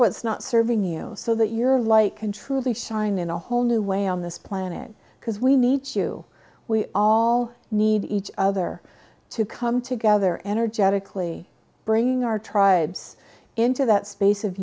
what's not serving you so that your light can truly shine in a whole new way on this planet because we need you we all need each other to come together energetically bringing our tribes into that space of